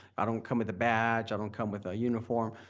i don't come with a badge, i don't come with a uniform.